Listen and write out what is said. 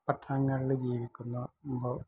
പട്ടണങ്ങളിൽ ജീവിക്കുന്ന മ്പം